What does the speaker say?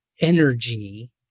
energy